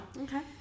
Okay